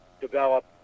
develop